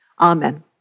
Amen